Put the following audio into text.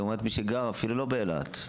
לעומת מי שגר אפילו לא באילת,